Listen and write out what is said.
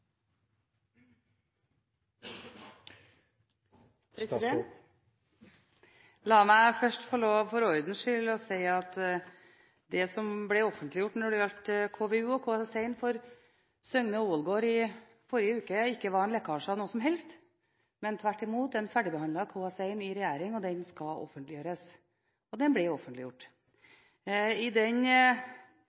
La meg først, for ordens skyld, få lov til å si at det som ble offentliggjort når det gjaldt KVU og KS1 for Søgne–Ålgård i forrige uke, ikke var en lekkasje av noe slag, men tvert imot en ferdigbehandlet KS1 i regjeringen, og den skal offentliggjøres. Og den ble offentliggjort. I